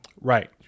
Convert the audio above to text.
Right